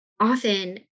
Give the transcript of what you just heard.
often